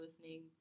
listening